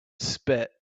spit